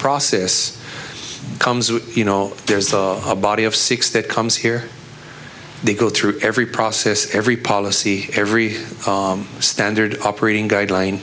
process comes with you know there's a body of six that comes here they go through every process every policy every standard operating guideline